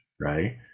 right